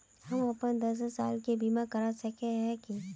हम अपन दस साल के बीमा करा सके है की?